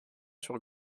sur